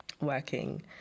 working